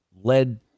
led